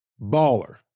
Baller